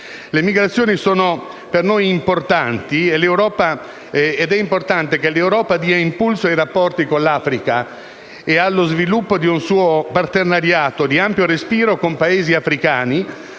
Le migrazioni sono importanti per noi ed è importante che l'Europa dia impulso ai rapporti con l'Africa e allo sviluppo di un suo partenariato di ampio respiro con Paesi africani